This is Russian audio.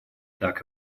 так